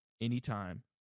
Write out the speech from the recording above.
anytime